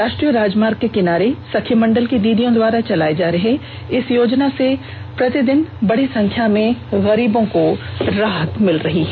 राष्ट्रीय राजमार्ग के किनारे सखी मण्डल की दीदियों द्वारा चलाए जा रहे दाल भात योजना से प्रतिदिन बड़ी संख्या में गरीबों और भूखों को राहत मिलने लगी है